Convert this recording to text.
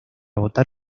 votar